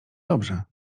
dobrze